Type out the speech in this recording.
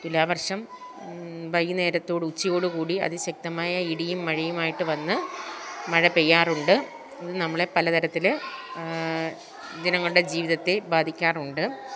തുലാവർഷം വൈകുന്നേരത്തോട് ഉച്ചയോട് കൂടി അതിശക്തമായ ഇടിയും മഴയുമായിട്ട് വന്ന് മഴ പെയ്യാറുണ്ട് നമ്മളെ പല തരത്തിൽ ജനങ്ങളുടെ ജീവിതത്തെ ബാധിക്കാറുണ്ട്